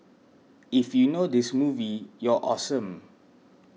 if you know this movie you're awesome